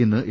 ഇന്ന് എ